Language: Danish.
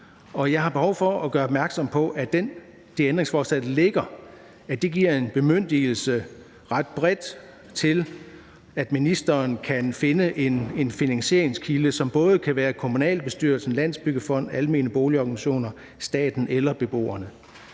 Jeg har behov for at gøre opmærksom på, at det ændringsforslag, der ligger, ret bredt set giver en bemyndigelse til, at ministeren kan finde en finansieringskilde, som kan være i relation til enten kommunalbestyrelsen, Landsbyggefonden, almene boligorganisationer, staten eller beboerne.